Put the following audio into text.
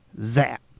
zap